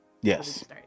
Yes